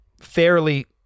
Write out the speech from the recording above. fairly